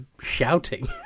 shouting